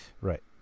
Right